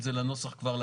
ונדמה לי שהדברים ברורים,